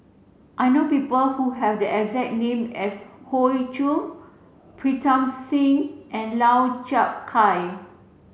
I know people who have the exact name as Hoey Choo Pritam Singh and Lau Chiap Khai